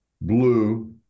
blue